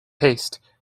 haste